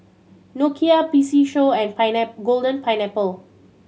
Nokia P C Show and Golden Pineapple